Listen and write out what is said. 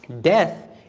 death